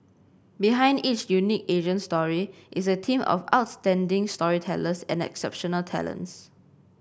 behind each unique Asian story is a team of outstanding storytellers and exceptional talents